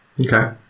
Okay